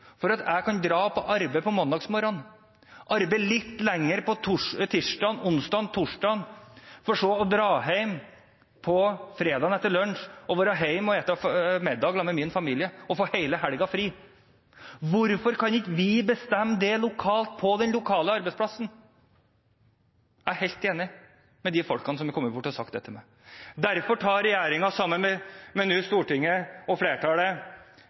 for at jeg kan dra på arbeid mandags morgen, arbeide litt lenger på tirsdag, onsdag og torsdag, for så å dra hjem fredag etter lunsj og spise middag med min familie og faktisk ha hele helgen fri? Hvorfor kan ikke vi bestemme det lokalt på den lokale arbeidsplassen? Jeg er helt enig med dem som har kommet bort og sagt dette til meg. Derfor imøtekommer regjeringen sammen med flertallet i Stortinget – Høyre, Fremskrittspartiet, Kristelig Folkeparti og